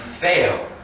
fail